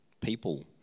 people